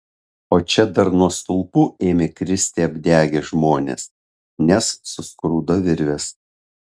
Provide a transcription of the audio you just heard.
o čia dar nuo stulpų ėmė kristi apdegę žmonės nes suskrudo virvės